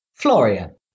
Floria